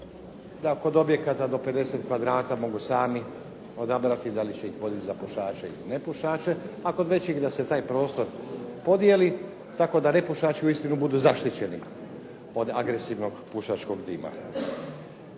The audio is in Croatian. da kod objekata do 50 kvadrata mogu sami odabrati da li će ih voditi za pušače ili nepušače. A kod većih da se taj prostor podijeli. Tako da nepušači uistinu budu zaštićeni od agresivnog pušačkog dima.